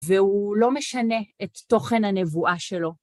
והוא לא משנה את תוכן הנבואה שלו.